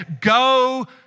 go